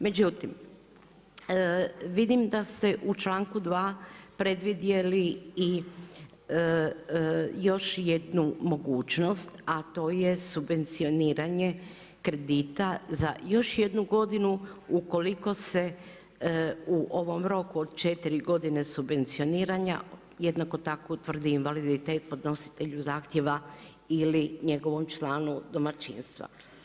Međutim, vidim da ste u članku 2. predvidjeli i još jednu mogućnost a to je subvencioniranje kredita za još jednu godinu ukoliko se u ovom roku od 4 godine subvencioniranja jednako tako utvrdi invaliditet podnositelju zahtjeva ili njegovom članu domaćinstva.